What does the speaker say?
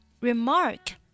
remark